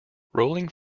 rolling